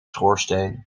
schoorsteen